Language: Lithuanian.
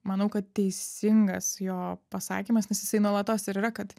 manau kad teisingas jo pasakymas nes jisai nuolatos ir yra kad